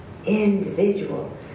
individual